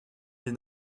les